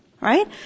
right